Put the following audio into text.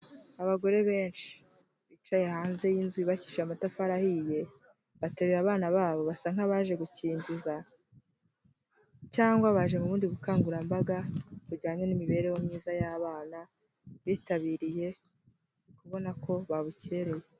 Abagore benshi bicaye hanze y'inzu yubakishije amatafari ahiye, bateruye abana babo basa nk'abaje gukingiza cyangwa baje mu bundi bukangurambaga bujyanye n'imibereho myiza y'abana, bitabiriye uri kubona ko babukereye.